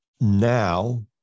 now